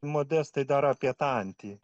modestai dar apie tą antį